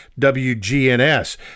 WGNS